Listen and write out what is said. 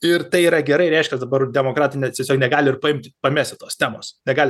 ir tai yra gerai reiškias dabar demokratai tiesiog negali ir paimti pamesti tos temos negali